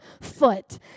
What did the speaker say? foot